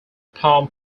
palm